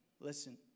Listen